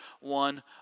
one